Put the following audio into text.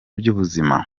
by’ubuzima